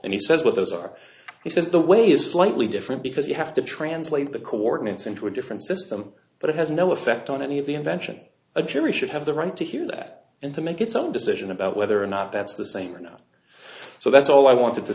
and he says what those are he says the way is slightly different because you have to translate the coordinates into a different system but it has no effect on any of the invention a jury should have the right to hear that and to make its own decision about whether or not that's the same or not so that's all i wanted to